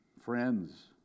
friends